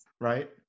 Right